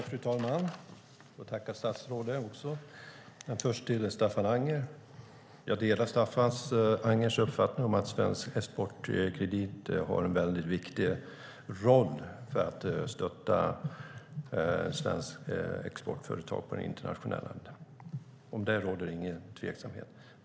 Fru talman! Jag tackar statsrådet men vänder mig först till Staffan Anger. Jag delar Staffan Angers uppfattning om att Svensk Exportkredit har en väldigt viktig roll för att stötta svenska exportföretag internationellt. Om detta råder det ingen tveksamhet.